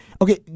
Okay